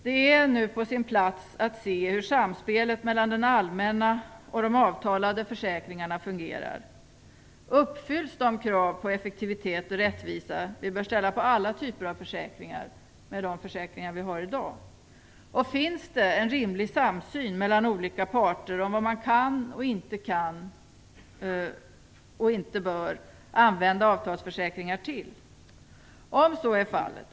Det är nu på sin plats att se hur samspelet mellan den allmänna och de avtalade försäkringarna fungerar. Uppfylls de krav på effektivitet och rättvisa som vi bör ställa på alla typer av försäkringar med de försäkringar vi har i dag? Finns det en rimlig samsyn mellan olika parter om vad man kan och inte kan och inte bör använda avtalsförsäkringar till?